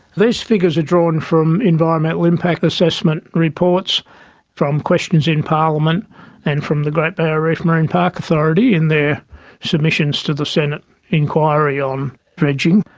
these figures are drawn from environmental impact assessment reports from questions in parliament and from the great barrier reef marine park authority in their submissions to the senate inquiry on dredging.